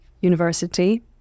university